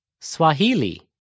Swahili